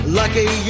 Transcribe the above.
lucky